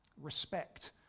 Respect